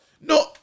No